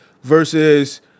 versus